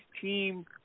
team